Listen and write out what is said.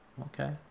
Okay